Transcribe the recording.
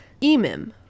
Emim